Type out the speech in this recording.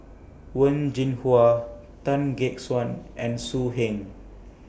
Wen Jinhua Tan Gek Suan and So Heng